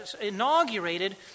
inaugurated